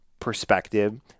perspective